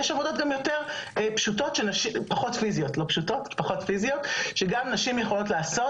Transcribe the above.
יש עבודות גם פחות פיזיות שגם נשים יכולות לעשות